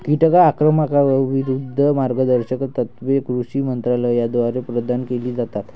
कीटक आक्रमणाविरूद्ध मार्गदर्शक तत्त्वे कृषी मंत्रालयाद्वारे प्रदान केली जातात